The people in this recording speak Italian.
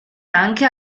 anche